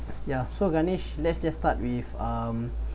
ya so garnesh let's just start with um